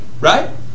Right